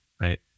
right